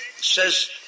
says